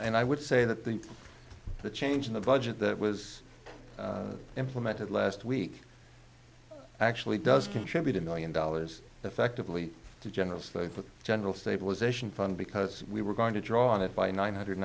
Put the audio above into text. and i would say that the the change in the budget that was implemented last week actually does contribute a million dollars effectively to generous the general stabilization fund because we were going to draw on it by nine hundred